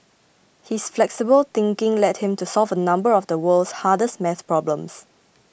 his flexible thinking led him to solve a number of the world's hardest math problems